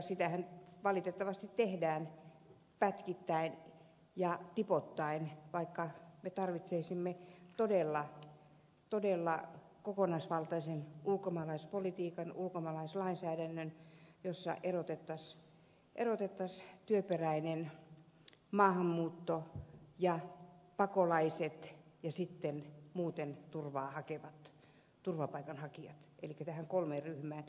sitähän valitettavasti tehdään pätkittäin ja tipoittain vaikka me tarvitsisimme todella kokonaisvaltaisen ulkomaalaispolitiikan ulkomaalaislainsäädännön jossa erotettaisiin työperäinen maahanmuutto ja pakolaiset ja sitten muuten turvaa hakevat turvapaikanhakijat elikkä nämä kolme ryhmää